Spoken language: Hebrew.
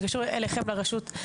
זה קשור אליכם ברשות.